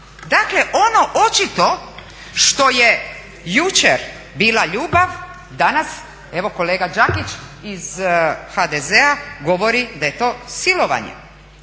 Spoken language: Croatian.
Dakle ono očito što je jučer bila ljubav, danas evo koliko Đakić iz HDZ-a govori da je to silovanje.